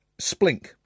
splink